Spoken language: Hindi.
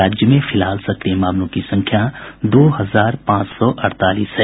राज्य में फिलहाल सक्रिय मामलों की संख्या दो हजार पांच सौ अड़तालीस है